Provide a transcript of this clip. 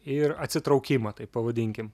ir atsitraukimą taip pavadinkim